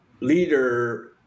leader